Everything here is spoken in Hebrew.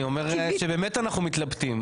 אני אומר שבאמת אנחנו מתלבטים,